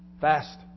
fast